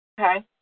Okay